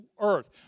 earth